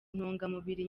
ntungamubiri